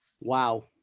Wow